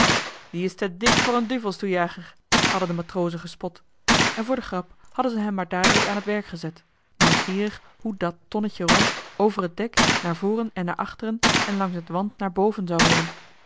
die is te dik voor een duvelstoejager hadden de matrozen gespot en voor de grap hadden ze hem maar dadelijk aan t werk gezet nieuwsgierig hoe dat tonnetje rond over het dek naar voren en naar achteren en langs het want naar boven zou rollen